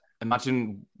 Imagine